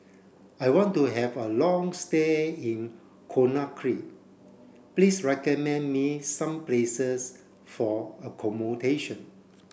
I want to have a long stay in Conakry please recommend me some places for accommodation